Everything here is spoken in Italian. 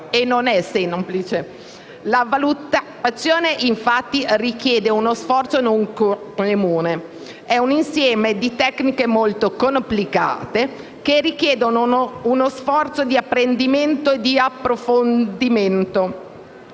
La valutazione, infatti, richiede uno sforzo non comune. È un insieme di tecniche molto complicate che richiedono uno sforzo d'apprendimento e di approfondimento.